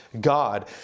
God